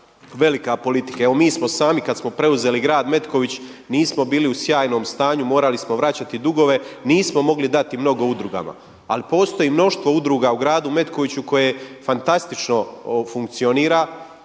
velika politike. Evo, mi smo sami kada smo preuzeli Grad Metković nismo bili u sjajnom stanju. Morali smo vraćati dugove. Nismo mogli dati mnogo udrugama. Ali postoji mnoštvo udruga u Gradu Metkoviću koje fantastično funkcionira,